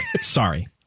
sorry